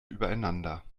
übereinander